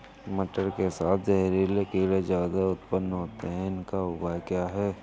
मटर के साथ जहरीले कीड़े ज्यादा उत्पन्न होते हैं इनका उपाय क्या है?